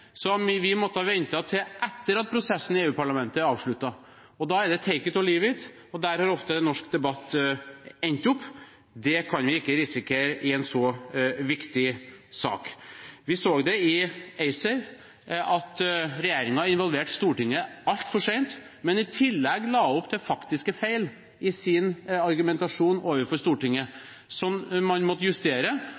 så viktig sak. Vi så det i forbindelse med ACER, at regjeringen involverte Stortinget altfor sent, men i tillegg la opp til faktiske feil i sin argumentasjon overfor Stortinget,